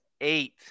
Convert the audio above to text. eight